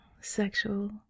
sexual